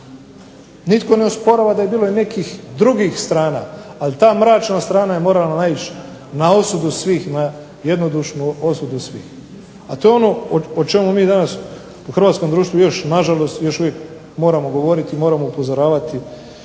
Nitko ne osporava da je bilo i nekih drugih strana, ali ta mračna strana je morala naići na osudu svih, jednodušnu osudu svih, a to je ono o čemu mi danas u hrvatskom društvu još na žalost još uvijek moramo govoriti, i moramo upozoravati,